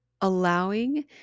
allowing